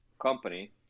company